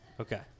Okay